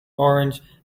orange